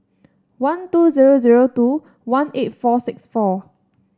one two zero zero two one eight four six four